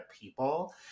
people